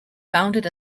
founded